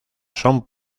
son